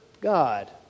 God